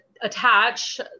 attach